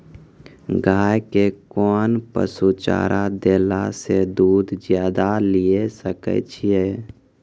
गाय के कोंन पसुचारा देला से दूध ज्यादा लिये सकय छियै?